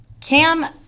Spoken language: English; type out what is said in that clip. Cam